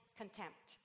contempt